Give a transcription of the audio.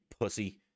pussy